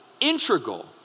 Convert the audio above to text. integral